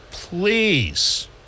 Please